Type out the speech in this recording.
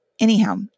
Anyhow